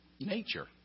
nature